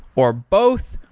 or both?